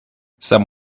some